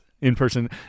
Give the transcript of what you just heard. In-person